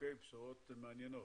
בשורות מעניינות.